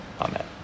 amen